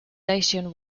dacian